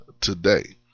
today